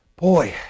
boy